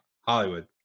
Hollywood